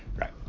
Right